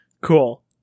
cool